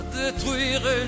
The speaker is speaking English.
détruire